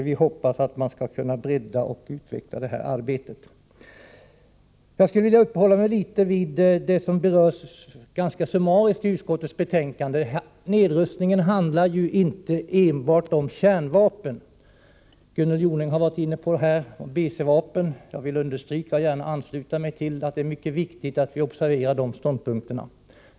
Vi hoppas att man skall kunna bredda och utveckla detta arbete. Jag skulle vilja uppehålla mig litet vid det som berörs ganska summariskt i utskottsbetänkandet. Nedrustning handlar ju inte enbart om kärnvapen. Gunnel Jonäng har varit inne på BC-vapnen, och jag vill understryka att det är viktigt att vi observerar dessa ståndpunkter.